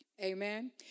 Amen